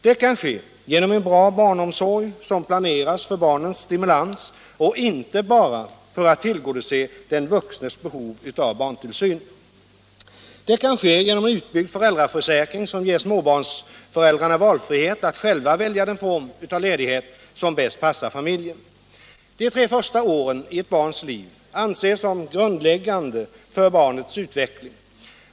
Det kan ske genom en bra barnomsorg, som planeras för barnens stimulans och inte bara för att tillgodose den vuxnes behov = Nr 133 av barntillsyn. Vidare kan det ske genom en utbyggnad av föräldraför Tisdagen den säkringen som ger småbarnsföräldrarna valfrihet att själva välja den form 17 maj 1977 av ledighet som bäst passar familjen. De tre första åren i ett barns liv anses som grundläggande för barnets utveckling.